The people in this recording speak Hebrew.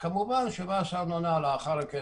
כמובן מס הארנונה לאחר מכן,